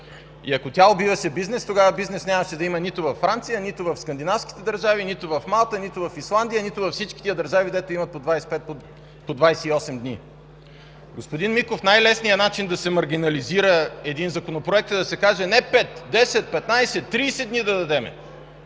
Ако тя убиваше бизнеса, тогава бизнес нямаше да има нито във Франция, нито в скандинавските държави, нито в Малта, нито в Исландия, нито във всички тези държави, които имат по 25, по 28 дни. Господин Миков, най-лесният начин да се маргинализира един законопроект е да се каже: не пет – десет, петнадесет,